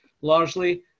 largely